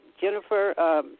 Jennifer